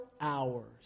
hours